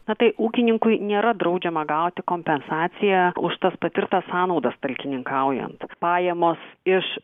na tai ūkininkui nėra draudžiama gauti kompensaciją už tas patirtas sąnaudas talkininkaujant pajamos iš